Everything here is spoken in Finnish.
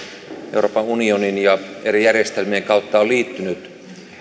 euroopan unionin ja eri järjestelmien kautta on liittynyt